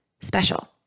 special